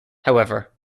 however